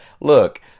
look